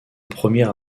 premier